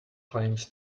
claims